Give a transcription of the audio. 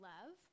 Love